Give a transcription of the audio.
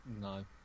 No